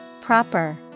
Proper